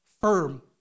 firm